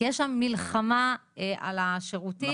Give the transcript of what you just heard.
כי יש שם מלחמה על השירותים.